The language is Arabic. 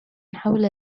حول